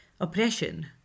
oppression